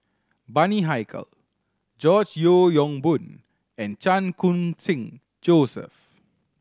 Bani Haykal George Yeo Yong Boon and Chan Khun Sing Joseph